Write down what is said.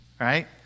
right